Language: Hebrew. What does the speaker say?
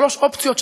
שלוש אופציות,